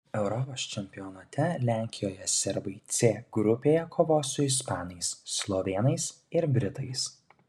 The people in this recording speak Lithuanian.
europos čempionate lenkijoje serbai c grupėje kovos su ispanais slovėnais ir britais